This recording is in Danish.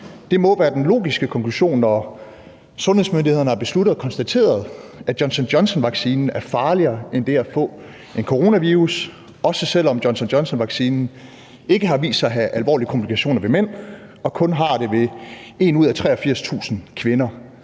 Det må være den logiske konklusion, når sundhedsmyndighederne har besluttet og konstateret, at Johnson&Johnson-vaccinen er farligere end det at få en coronavirus, også selv om Johnson&Johnson-vaccinen ikke har vist sig at have alvorlige komplikationer hos mænd, og kun har det hos en ud af 83.000 kvinder.